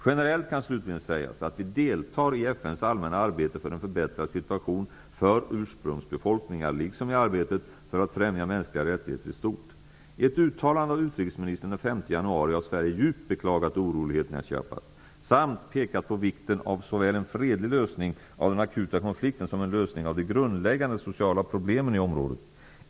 Generellt kan slutligen sägas att vi deltar i FN:s allmänna arbete för en förbättrad situation för ursprungsbefolkningar liksom i arbetet för att främja mänskliga rättigheter i stort. I ett uttalande av utrikesministern den 5 januari har Sverige djupt beklagat oroligheterna i Chiapas samt pekat på vikten av såväl en fredlig lösning av den akuta konflikten som en lösning av de grundläggande sociala problemen i området.